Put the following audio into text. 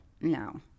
No